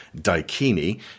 Daikini